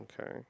Okay